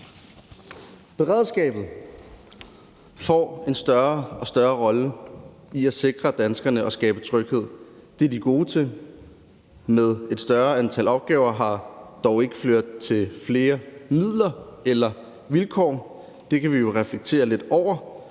Beredskabet får en større og større rolle i at sikre danskerne og skabe tryghed. Det er de gode til. Men et større antal opgaver har dog ikke ført til flere midler eller bedre vilkår. Det kan vi jo reflektere lidt over.